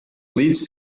leads